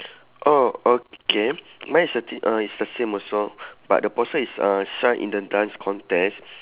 oh okay mine is actually uh is the same also but the poster is uh shine in the dance contest